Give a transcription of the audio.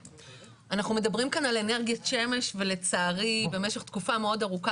אנחנו מדברים כאן על אנרגיית שמש ולצערי במשך תקופה מאוד ארוכה